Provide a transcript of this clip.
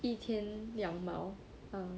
一天两毛 err